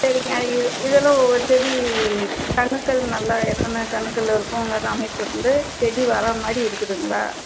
சரிங்க இது இதெல்லாம் ஒரு செடி கணுக்கள் நல்லா எத்தனை கணுக்கள் இருக்கும் இங்கே அமைப்பில் இருந்து செடி வர மாதிரி இருக்குதுங்களா